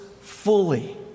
fully